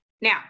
Now